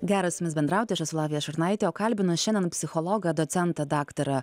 gera su jumis bendrauti aš esu lavija šurnaitė o kalbinu šiandien psichologą docentą daktarą